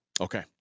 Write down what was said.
Okay